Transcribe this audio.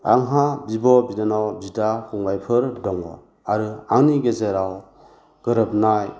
आंहा बिब' बिनानाव बिदा फंबायफोर दङ आरो आंनि गेजेराव गोरोबनाय